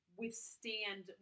withstand